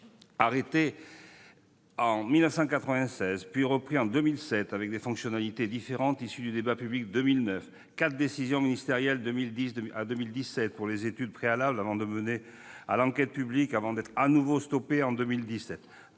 arrêté en 1996, puis repris en 2007 avec des fonctionnalités différentes issues du débat public de 2009 ; quatre décisions ministérielles de 2010 à 2017 pour les études préalables devant mener à l'enquête publique avant d'être à nouveau stoppées en 2017.